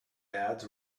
ads